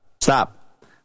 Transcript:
Stop